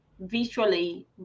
visually